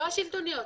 לא השלטוניות,